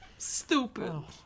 Stupid